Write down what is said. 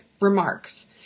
remarks